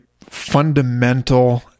fundamental